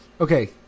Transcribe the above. Okay